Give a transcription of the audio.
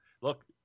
Look